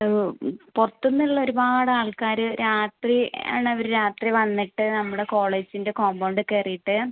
പുറത്ത് നിന്ന് ഒരുപാട് ആൾക്കാര് രാത്രി ആണവര് രാത്രി വന്നിട്ട് നമ്മുടെ കോളേജിൻ്റെ കോമ്പൗണ്ട് കയറിയിട്ട്